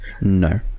no